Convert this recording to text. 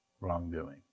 wrongdoing